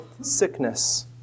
sickness